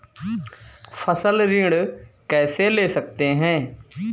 फसल ऋण कैसे ले सकते हैं?